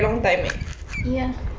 ya